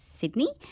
Sydney